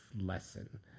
lesson